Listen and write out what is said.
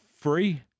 Free